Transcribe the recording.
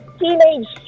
teenage